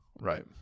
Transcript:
Right